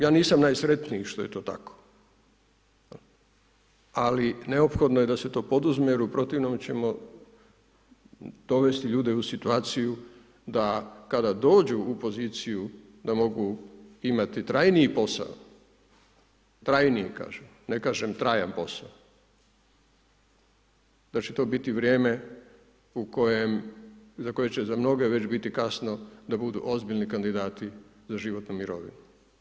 Ja nisam najsretniji što je to tako ali neophodno je da se to poduzme jer u protivnom ćemo dovesti ljude u situaciju da kada dođu u poziciju da mogu imati trajniji posao, trajniji kažem, ne kažem trajan posao, da će to biti vrijeme u kojem, za koje će za mnoge već biti kasno da budu ozbiljni kandidati za životnu mirovinu.